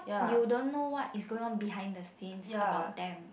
you don't know what is going on behind the scenes about them